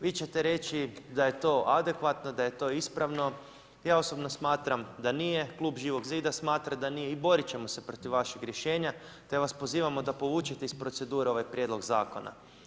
Vi ćete reći da je to adekvatno, da je to ispravno i ja osobno smatram da nije, klub Živog zida smatra da nije i borit ćemo se protiv vaših rješenja te vas pozivamo da povučete iz procedure ovaj prijedlog zakona.